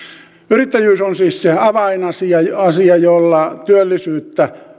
yrittäjyys on siis se avainasia jolla työllisyyttä